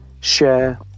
share